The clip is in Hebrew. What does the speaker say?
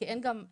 כי אין אפשרות.